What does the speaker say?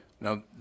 Now